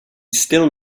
still